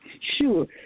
Sure